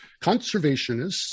conservationists